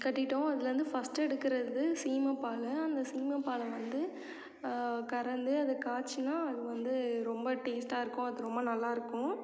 கட்டிட்டோம் அதிலேந்து ஃபஸ்ட்டு எடுக்கிறது சீமப்பாலு அந்த சீமப்பாலை வந்து கறந்து அதை காய்ச்சினா அது வந்து ரொம்ப டேஸ்ட்டாக இருக்கும் அது ரொம்ப நல்லா இருக்கும்